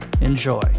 Enjoy